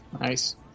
Nice